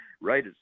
Right